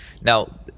Now